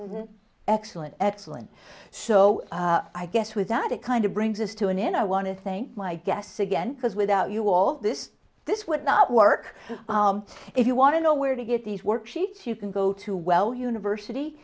of excellent excellent so i guess with that it kind of brings us to an end i want to thank my guests again because without you all this this would not work if you want to know where to get these worksheets you can go to well university